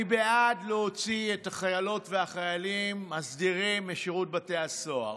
אני בעד להוציא את החיילות והחיילים הסדירים משירות בתי הסוהר,